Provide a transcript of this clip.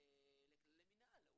הוא